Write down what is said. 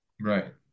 right